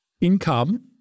income